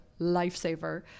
lifesaver